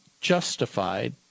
justified